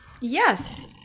Yes